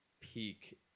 peak